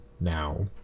now